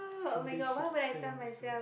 somebody hates her younger self